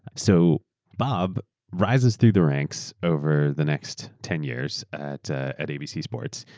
so bob rises through the ranks over the next ten years at at abc sports.